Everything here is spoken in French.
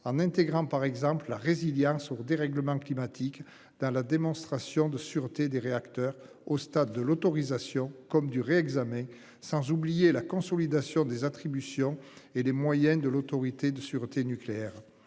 en intégrant, par exemple la résilience au dérèglement climatique dans la démonstration de sûreté des réacteurs au stade de l'autorisation comme du réexamen sans oublier la consolidation des attributions et les moyens de l'Autorité de sûreté nucléaire.